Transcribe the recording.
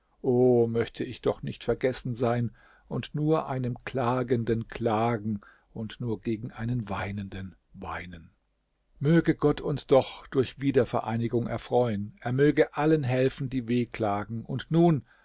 möchte ich doch nicht vergessen sein und nur einem klagenden klagen und nur gegen einen weinenden weinen möge gott uns doch durch wiedervereinigung erfreuen er möge allen helfen die wehklagen und nun